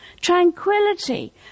tranquility